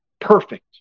perfect